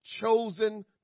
chosen